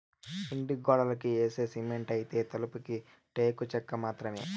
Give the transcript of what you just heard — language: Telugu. ఇంటి గోడలకి యేసే సిమెంటైతే, తలుపులకి టేకు చెక్క మాత్రమే